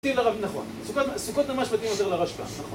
נכון, סוכות ממש מתאים עוזר לרשתה, נכון.